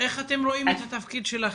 איך אתם רואים את התפקיד שלכם?